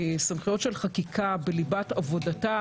סמכויות של חקיקה בליבת עבודתה,